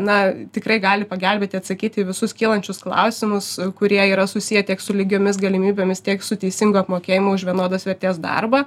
na tikrai gali pagelbėti atsakyti į visus kylančius klausimus kurie yra susiję tiek su lygiomis galimybėmis tiek su teisingu apmokėjimu už vienodos vertės darbą